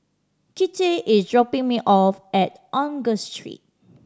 Kinte is dropping me off at Angus Street